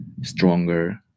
stronger